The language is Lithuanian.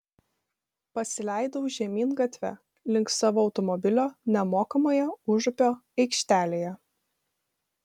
pasileidau žemyn gatve link savo automobilio nemokamoje užupio aikštelėje